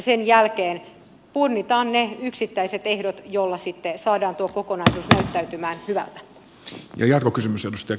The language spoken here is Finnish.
sen jälkeen punnitaan ne yksittäiset ehdot joilla sitten saadaan tuo kokonaisuus näyttämään hyvältä